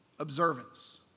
observance